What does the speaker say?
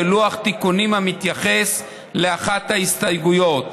ולוח תיקונים המתייחס לאחת ההסתייגויות.